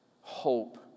hope